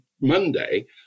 Monday